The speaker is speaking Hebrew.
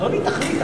אדוני, תחליט.